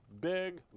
big